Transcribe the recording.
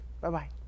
Bye-bye